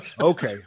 okay